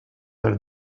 are